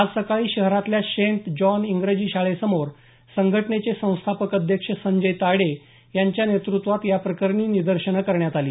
आज सकाळी शहरातल्या सेंट जॉन इंग्रजी शाळेसमोर संघटनेचे संस्थापक अध्यक्ष संजय तायडे यांच्या नेतृत्वात या प्रकरणी निदर्शनं करण्यात आली